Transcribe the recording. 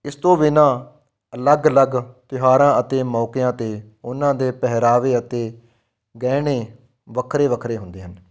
ਇਸ ਤੋਂ ਬਿਨਾਂ ਅਲੱਗ ਅਲੱਗ ਤਿਉਹਾਰਾਂ ਅਤੇ ਮੌਕਿਆਂ 'ਤੇ ਉਹਨਾਂ ਦੇ ਪਹਿਰਾਵੇ ਅਤੇ ਗਹਿਣੇ ਵੱਖਰੇ ਵੱਖਰੇ ਹੁੰਦੇ ਹਨ